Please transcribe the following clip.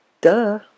duh